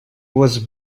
was